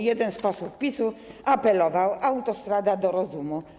Jeden z posłów PiS-u apelował: autostrada do rozumu.